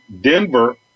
Denver